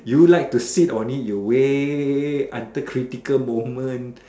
you like to sit on it the way under critical moment